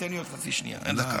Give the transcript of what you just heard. תן לי עוד חצי שנייה, דקה.